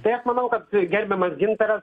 tai aš manau kad gerbiamas gintaras